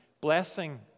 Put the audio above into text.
blessing